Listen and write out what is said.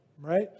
right